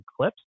clips